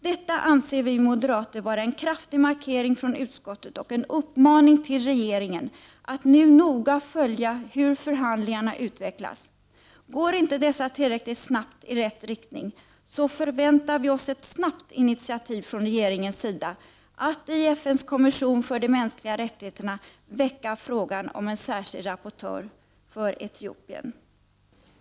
Detta anser vi moderater vara en kraftig markering från utskottet och en uppmaning till regeringen att nu noga följa hur förhandlingarna utvecklas. Går inte dessa tillräckligt snabbt i rätt riktning, förväntar vi oss ett snabbt initiativ från regeringens sida att i FN:s kommission för de mänskliga rättigheterna väcka frågan om en särskild rapportör för Etiopien.